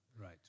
Right